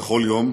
בכל יום,